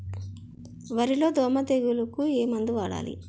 వరిలో దోమ తెగులుకు ఏమందు వాడాలి?